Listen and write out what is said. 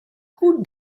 who